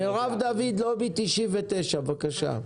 מרב דוד, לובי 99, בבקשה.